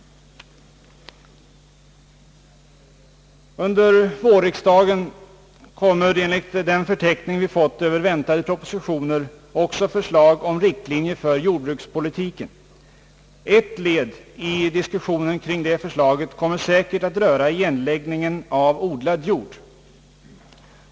Under vårriksdagen kommer enligt den förteckning vi fått över väntade propositioner också förslag om riktlinjer för jordbrukspolitiken. Ett led i diskussionen kring förslaget kommer säkert att röra igenläggning av odlad jord.